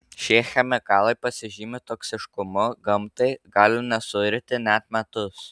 šie chemikalai pasižymi toksiškumu gamtai gali nesuirti net metus